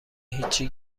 هیچی